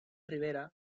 rivera